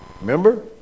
remember